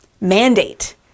mandate